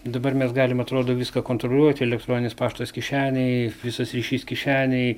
dabar mes galim atrodo viską kontroliuoti elektroninis paštas kišenėj visas ryšys kišenėj